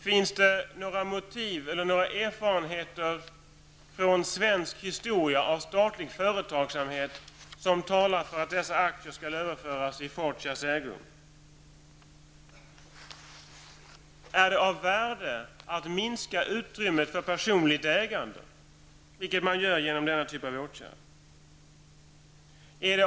Finns det några erfarenheter från svensk historia av statlig företagsamhet som talar för att dessa aktier skall överföras i Fortias ägo? Är det av värde att minska utrymmet för personligt ägande, vilket man gör genom denna typ av åtgärd?